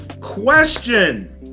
Question